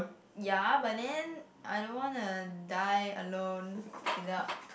ya but then I don't want to die alone without